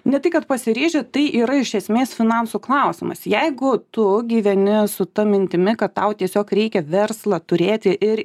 ne tai kad pasiryžę tai yra iš esmės finansų klausimas jeigu tu gyveni su ta mintimi kad tau tiesiog reikia verslą turėti ir